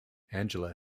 angela